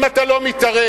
אם אתה לא מתערב,